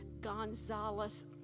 Gonzalez